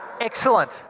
Excellent